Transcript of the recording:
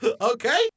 okay